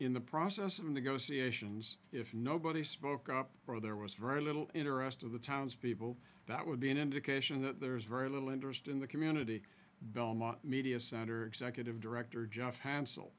in the process of negotiations if nobody spoke up or there was very little interest of the townspeople that would be an indication that there's very little interest in the community belmont media center second of director jeff hansel